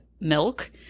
milk